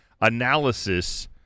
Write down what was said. analysis